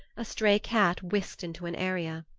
a stray cat whisked into an area.